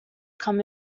come